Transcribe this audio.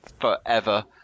forever